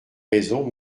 raisons